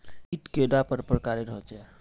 कीट कैडा पर प्रकारेर होचे?